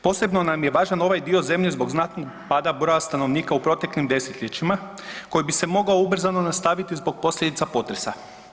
Posebno nam je važan ovaj dio zemlje zbog znatnog pada broja stanovnika u proteklim desetljećima koji bi se mogao ubrzano nastaviti zbog posljedica potresa.